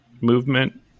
movement